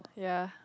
ya